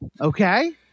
Okay